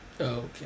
Okay